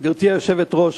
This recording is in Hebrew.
גברתי היושבת-ראש,